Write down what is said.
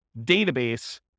database